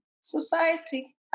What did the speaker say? society